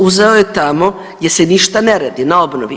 Uzeo je tamo gdje se ništa ne radi, na obnovi.